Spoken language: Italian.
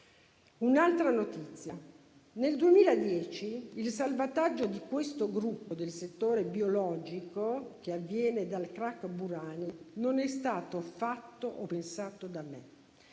Un'altra notizia: nel 2010 il salvataggio di questo gruppo del settore biologico, che avviene dal *crack* Burani, è stato fatto o pensato non da me,